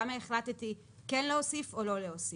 למה החלטתי כן להוסיף או לא להוסיף'.